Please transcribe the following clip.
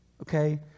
okay